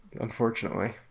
unfortunately